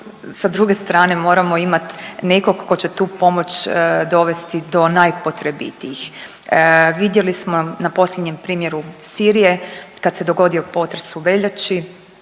sa druge strane moramo imat nekog ko će tu pomoć dovesti do najpotrebitijih. Vidjeli smo na posljednjem primjeru Sirije kad se dogodio potres u veljači